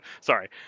Sorry